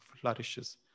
flourishes